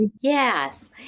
Yes